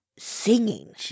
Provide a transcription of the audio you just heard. Singing